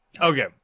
Okay